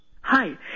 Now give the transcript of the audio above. Hi